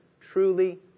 truly